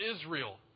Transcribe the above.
Israel